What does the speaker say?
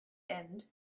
end